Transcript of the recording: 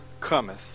cometh